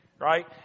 right